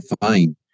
fine